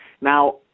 Now